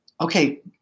Okay